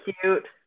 cute